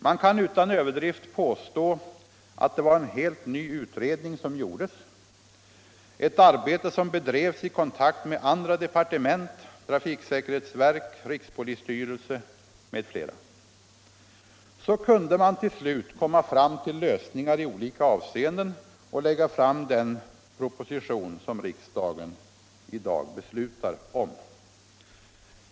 Man kan utan överdrift påstå att det var en helt ny utredning som gjordes, ett arbete som bedrevs i kontakt med andra departement, trafiksäkerhetsverket, rikspolisstyrelsen m.fl. Så kunde man till slut komma fram till lösningar i olika avseenden och lägga fram den proposition som riksdagen i dag beslutar om.